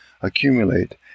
accumulate